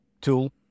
tool